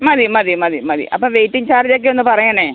മതി മതി മതി മതി അപ്പോൾ വെയിറ്റിംഗ് ചാർജൊക്കെ ഒന്ന് പറയണം